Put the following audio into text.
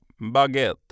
Baguette